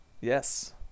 Yes